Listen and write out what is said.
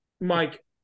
Mike